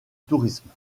tourisme